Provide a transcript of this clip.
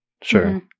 Sure